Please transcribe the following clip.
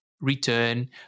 return